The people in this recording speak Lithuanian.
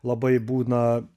labai būna